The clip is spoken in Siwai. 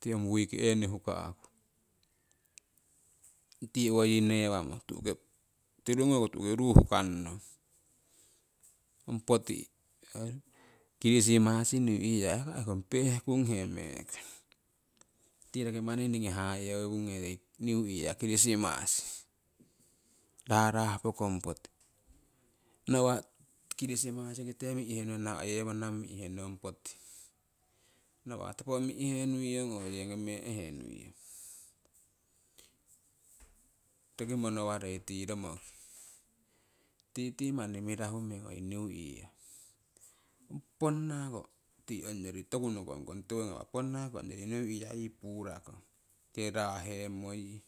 tii owo wuikeni huka'ku tii owo yii newamo tirungoko tu'ki ruu huukan nong. Ong poti kirisimasi niu year ai ehkong peehkunghe me'kong tii roki manni ningii hayeugnee new year chrisimasi rahrah pookong poti nawa' kirisimasikite mi'he nuiyong, nawa' yewonang mi'heniuyong, poti nawa' topo mi'heniuyong oo yee ngome'henuiyong roki monowarei tii romoki titi manni mirahu meng oii niu year ponnako tii ongyori toku nokongkong tiwo ngawah, ponnako ongyori niu year yii puurakong raa'hemmo yii.